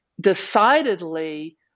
decidedly